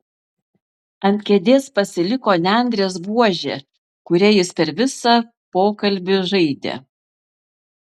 ant kėdės pasiliko nendrės buožė kuria jis per visą pokalbį žaidė